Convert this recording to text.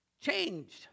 changed